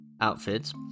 outfits